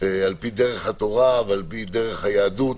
על-פי דרך התורה ועל-פי דרך היהדות